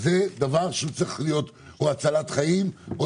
זה דבר שצריך להיות או הצלת חיים או